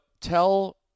tell